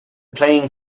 playing